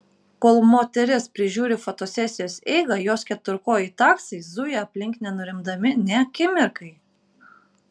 kol moteris prižiūri fotosesijos eigą jos keturkojai taksai zuja aplink nenurimdami nė akimirkai